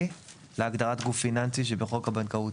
בהגדרת "גוף פיננסי" שבחוק הבנקאות.